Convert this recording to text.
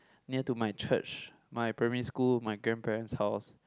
near to my church my primary school my grandparents house